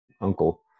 uncle